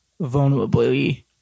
vulnerably